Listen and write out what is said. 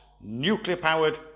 nuclear-powered